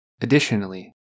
Additionally